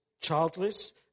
childless